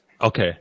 Okay